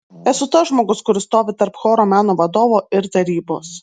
esu tas žmogus kuris stovi tarp choro meno vadovo ir tarybos